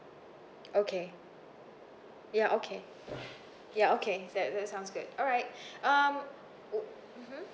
okay ya okay ya okay that that sounds good alright um wo~ mmhmm